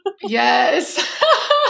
Yes